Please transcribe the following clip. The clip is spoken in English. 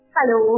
Hello